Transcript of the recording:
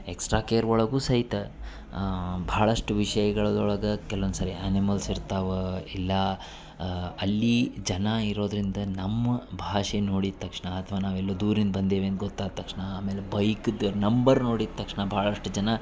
extra care ಒಳಗು ಸಹಿತ ಭಾಳಷ್ಟು ವಿಷಯಗಳ್ದೊಳಗ ಕೆಲವೊಂದು ಸರಿ ಆ್ಯನಿಮಲ್ಸ್ ಇರ್ತಾವ ಇಲ್ಲಾ ಅಲ್ಲೀ ಜನ ಇರೋದರಿಂದ ನಮ್ಮ ಭಾಷೆ ನೋಡಿದ ತಕ್ಷಣ ಅಥ್ವಾ ನಾವೆಲ್ಲೊ ದೂರಿಂದ ಬಂದೇವಿ ಅಂದ ಗೊತ್ತಾದ ತಕ್ಷಣ ಆಮೇಲೆ ಬೈಕದ ನಂಬರ್ ನೋಡಿದ ತಕ್ಷಣ ಭಾಳಷ್ಟ ಜನ